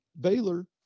Baylor